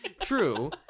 True